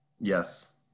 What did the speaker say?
Yes